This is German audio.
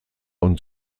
und